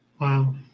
Wow